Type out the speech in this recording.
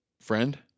friend